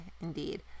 indeed